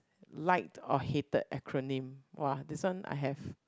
like or hated acronym !wah! this one I have